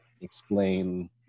explain